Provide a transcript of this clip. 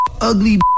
ugly